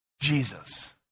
Jesus